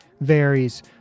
varies